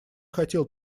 хотел